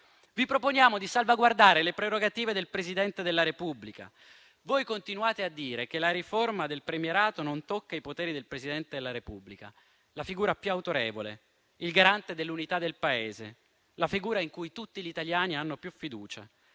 vi proponiamo di salvaguardare le prerogative del Presidente della Repubblica, dal momento che voi continuate a dire che la riforma del premierato non tocca i poteri del Presidente della Repubblica, la figura più autorevole, il garante dell'unità del Paese, la figura in cui tutti gli italiani hanno più fiducia.